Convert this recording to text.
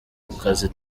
kazi